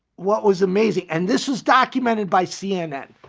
what was amazing, and this is documented by cnn.